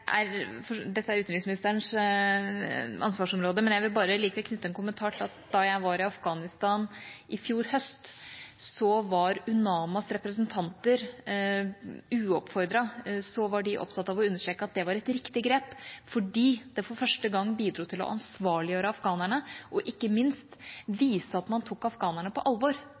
fra bistandsbudsjettet. Dette er utenriksministerens ansvarsområde, men jeg vil likevel kommentere at da jeg var i Afghanistan i fjor høst, var UNAMAs representanter – uoppfordret – opptatt av å understreke at det var et riktig grep fordi det for første gang bidro til å ansvarliggjøre afghanerne og ikke minst vise at man tok afghanerne på alvor,